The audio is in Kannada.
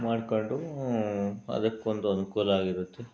ಮಾಡ್ಕೊಂಡು ಅದಕ್ಕೊಂದು ಅನುಕೂಲ ಆಗಿರುತ್ತೆ